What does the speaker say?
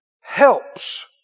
helps